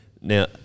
Now